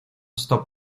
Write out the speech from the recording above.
stop